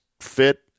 fit